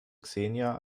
xenia